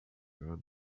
earn